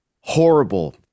Horrible